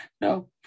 No